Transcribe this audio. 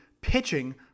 pitching